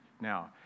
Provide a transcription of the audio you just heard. now